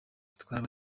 bitwara